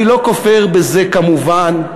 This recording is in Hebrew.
אני לא כופר בזה כמובן,